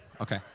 Okay